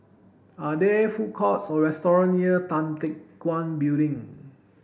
are there food courts or restaurants near Tan Teck Guan Building